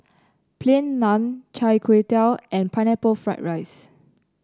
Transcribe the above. Plain Naan Chai Tow Kway and Pineapple Fried Rice